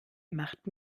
macht